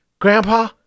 Grandpa